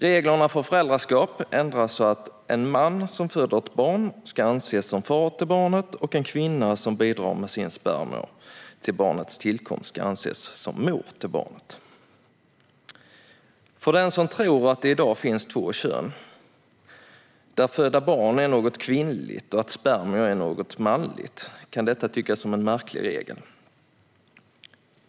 Reglerna för föräldraskap ändras så att en man som föder ett barn ska anses som far till barnet, och en kvinna som bidrar med sina spermier till ett barns tillkomst ska anses som mor till barnet. För den som tror att det i dag finns två kön, där att föda barn är något kvinnligt och spermier är något manligt, kan detta tyckas som en märklig regel.